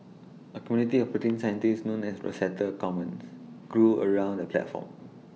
A community of protein scientists known as Rosetta Commons grew around the platform